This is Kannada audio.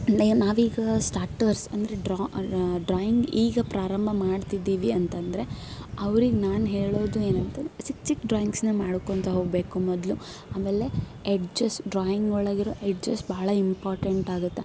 ನೆ ನಾವೀಗ ಸ್ಟಾಟರ್ಸ್ ಅಂದರೆ ಡ್ರಾ ಡ್ರಾಯಿಂಗ್ ಈಗ ಪ್ರಾರಂಭ ಮಾಡ್ತಿದ್ದೀವಿ ಅಂತ ಅಂದ್ರೆ ಅವ್ರಿಗೆ ನಾನು ಹೇಳೋದು ಏನಂತಂದು ಚಿಕ್ಕ ಚಿಕ್ಕ ಡ್ರಾಯಿಂಗ್ಸ್ನ ಮಾಡ್ಕೊಳ್ತಾ ಹೋಗಬೇಕು ಮೊದಲು ಆಮೇಲೆ ಎಡ್ಜಸ್ ಡ್ರಾಯಿಂಗ್ ಒಳಗಿರೋ ಎಡ್ಜಸ್ ಬಹಳ ಇಂಪೋರ್ಟೆಂಟ್ ಆಗುತ್ತಾ